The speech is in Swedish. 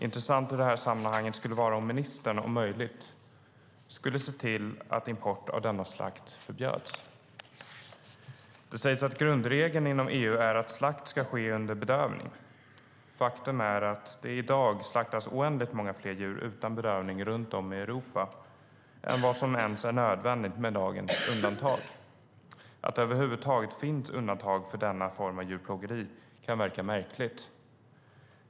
I detta sammanhang skulle det vara intressant om ministern om möjligt skulle se till att import av kött som är slaktat på detta sätt förbjöds. Det sägs att grundregeln inom EU är att slakt ska ske under bedövning. Faktum är att det i dag slaktas oändligt många fler djur utan bedövning runt om i Europa än vad som ens är nödvändigt med lagens undantag. Att det över huvud taget finns undantag för denna form av djurplågeri kan verka märkligt.